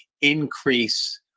increase